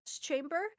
Chamber